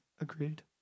Agreed